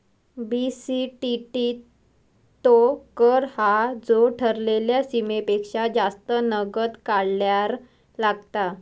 BCTT तो कर हा जो ठरलेल्या सीमेपेक्षा जास्त नगद काढल्यार लागता